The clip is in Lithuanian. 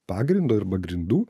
pagrindo arba grindų